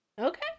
Okay